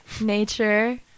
nature